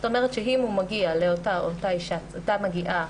זאת אומרת שאם אותה אישה מגיעה